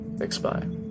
expire